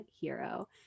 hero